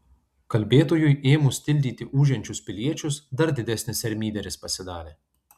kalbėtojui ėmus tildyti ūžiančius piliečius dar didesnis ermyderis pasidarė